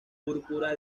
púrpura